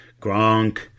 Gronk